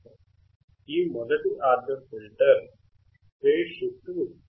ఈ మొదటి order filter phase shift ని ఇస్తుంది